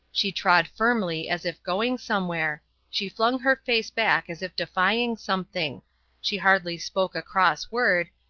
she trod firmly as if going somewhere she flung her face back as if defying something she hardly spoke a cross word,